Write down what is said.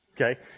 Okay